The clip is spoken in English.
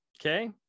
okay